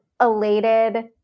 elated